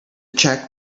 check